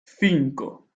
cinco